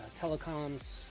telecoms